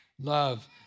love